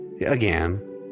Again